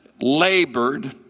labored